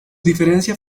diferencia